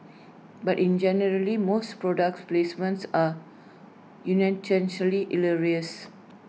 but in generally most product placements are union hilarious